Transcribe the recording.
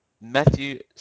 Matthew